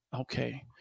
Okay